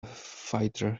fighter